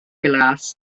glas